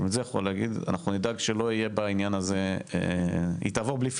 היא תעבור בלי פיליבסטר.